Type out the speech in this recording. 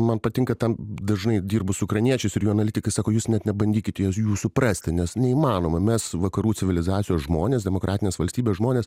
man patinka tam dažnai dirbus su ukrainiečiais ir jo analitikai sako jūs net nebandykit jų jų suprasti nes neįmanoma mes vakarų civilizacijos žmonės demokratinės valstybės žmonės